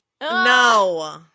No